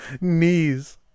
knees